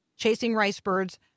chasingricebirds